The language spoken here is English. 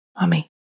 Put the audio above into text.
Mommy